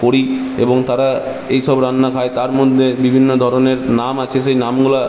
করি এবং তারা এইসব রান্না খায় তার মধ্যে বিভিন্ন ধরণের নাম আছে সেই নামগুলা